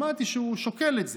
שמעתי שהוא שוקל את זה,